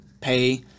pay